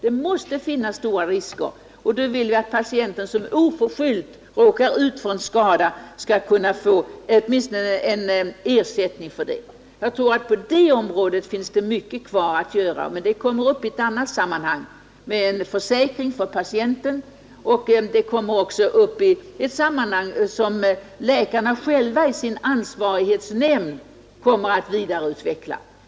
Det finns stora risker, och då vill vi att den patient som oförskyllt råkar ut för en skada åtminstone skall kunna få ersättning för det. På det området finns det mycket kvar att göra, men det kommer upp i ett annat sammanhang med förslaget om en försäkring för patienten, och det kommer också upp i ett sammanhang som läkarna själva i sin ansvarighetsnämnd kommer att vidareutveckla.